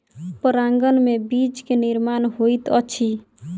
परागन में बीज के निर्माण होइत अछि